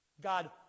God